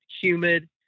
humid